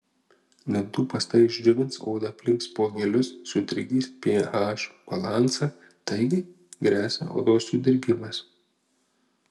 dantų pasta išdžiovins odą aplink spuogelius sutrikdys ph balansą taigi gresia odos sudirgimas